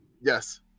Yes